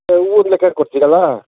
ಹಾಂ ಹೂವನ್ ಲೆಕ್ಕ ಕೊಡ್ತೀರಲ್ವಾ